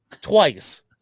twice